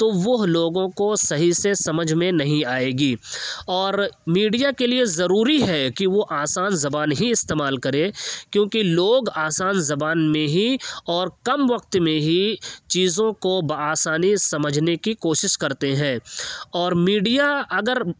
تو وہ لوگوں کو صحیح سے سمجھ میں نہیں آئے گی اور میڈیا کے لیے ضروری ہے کہ وہ آسان زبان ہی استعمال کرے کیونکہ لوگ آسان زبان میں ہی اور کم وقت میں ہی چیزوں کو بہ آسانی سمجھنے کی کوشش کرتے ہیں اور میڈیا اگر